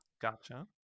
Gotcha